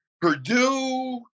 Purdue